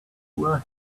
were